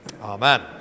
amen